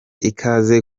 ikaze